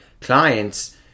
clients